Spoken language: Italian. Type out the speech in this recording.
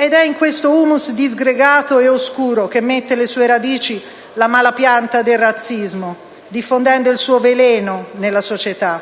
Ed è in questo *humus* disgregato e oscuro che mette le sue radici la malapianta del razzismo, diffondendo il suo veleno nella società.